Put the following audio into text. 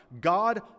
God